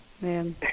Man